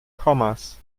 kommas